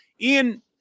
Ian